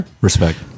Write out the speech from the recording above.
Respect